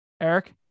Eric